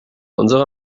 unserer